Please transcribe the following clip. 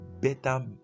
better